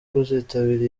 kuzitabira